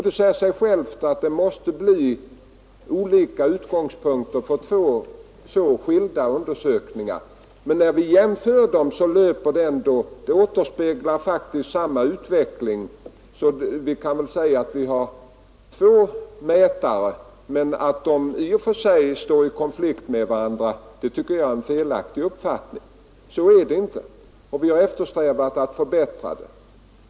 Det säger sig självt att det måste bli olika resultat för två så skilda undersökningar. Men när vi jämför dem månad för månad så återspeglar de faktiskt samma utveckling. Vi kan väl säga att vi har två mätare. Men att de i och för sig står i konflikt med varandra tycker jag är en felaktig uppfattning; så är det inte. Vi har eftersträvat att förbättra dem.